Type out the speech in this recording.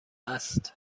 است